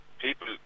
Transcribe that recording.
people